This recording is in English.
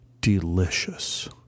Delicious